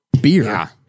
beer